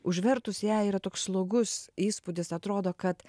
užvertus ją yra toks slogus įspūdis atrodo kad